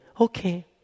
Okay